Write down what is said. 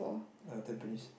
not yet finished